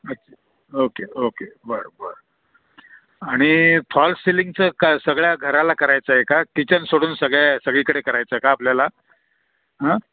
अच okay okay बर बर आणि फॉल सिलिंगचं का सगळ्या घराला करायचं आहे का किचन सोडून सगळ्या सगळीकडे करायचं आहे का आपल्याला हां